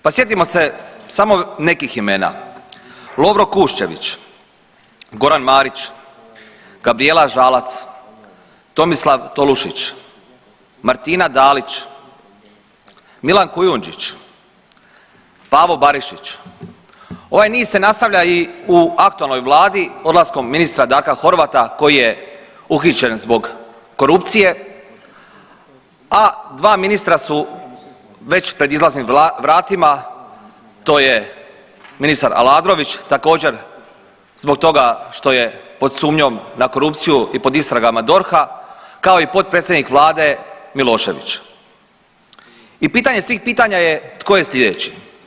Pa sjetimo se samo nekih imena Lovro Kuščević, Goran Marić, Gabrijela Žalac, Tomislav Tolušić, Martina Dalić, Milan Kujundžić, Pavo Barišić ovaj niz se nastavlja i u aktualnoj vladi odlaskom ministra Darka Horvata koji je uhićen zbog korupcije, a dva ministru su već pred izlaznim vratila, to je ministar Aladrović, također, zbog toga što je, pod sumnjom na korupciju i pod istragama DORH-a, kao i potpredsjednik Vlade Milošević i pitanje svih pitanja je tko je sljedeći?